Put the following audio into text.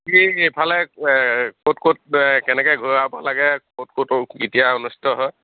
কি ইফালে ক'ত ক'ত কেনেকৈ ঘূৰাব লাগে ক'ত ক'ত কেতিয়া অনুষ্টিত হয়